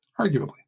arguably